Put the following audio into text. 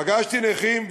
פגשתי נכים,